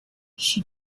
she